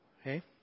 Okay